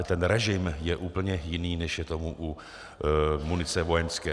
Ten režim je úplně jiný, než je tomu u munice vojenské.